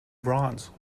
bronze